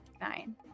nine